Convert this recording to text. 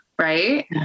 Right